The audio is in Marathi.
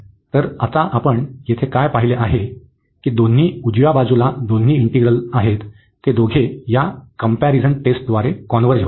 तर आता आपण येथे काय पाहिले आहे की दोन्ही उजव्या बाजूला दोन्ही इंटिग्रल आहेत ते दोघे या कम्पॅरिझन टेस्टद्वारे कॉन्व्हर्ज होतात